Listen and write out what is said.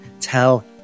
Tell